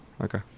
Okay